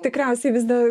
tikriausiai vis da